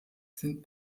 sind